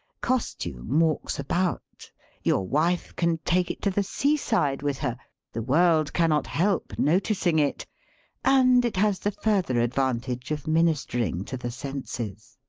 costume walks about your wife can take it to the seaside with her the world cannot help noticing it and it has the further advantage of ministering to the senses.